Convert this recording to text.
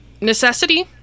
necessity